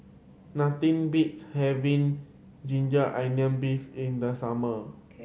nothing beats having ginger onion beef in the summer